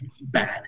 bad